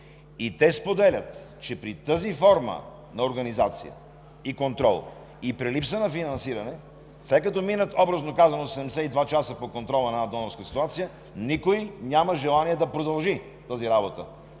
Те споделят, че при тази форма на организация и контрол и при липса на финансиране, след като минат, образно казано, 72 часа по контрола на една донорска ситуация, никой няма желание да продължи тази работа.